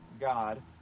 God